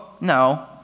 No